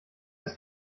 ist